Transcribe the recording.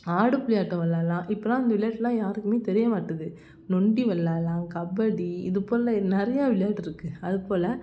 ஆடுபுலி ஆட்டம் விளாட்லாம் இப்போலாம் இந்த விளையாட்லாம் யாருக்குமே தெரிய மாட்டேது நொண்டி விளாட்லாம் கபடி இதுபோல் நிறையா விளையாட்டு இருக்குது அதுப்போல்